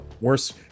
worse